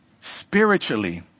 spiritually